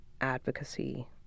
advocacy